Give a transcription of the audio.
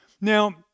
Now